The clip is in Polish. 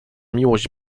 miłość